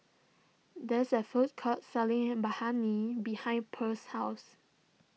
there's a food court selling Biryani behind Pearl's house